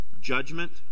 judgment